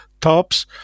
tops